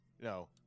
No